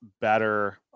better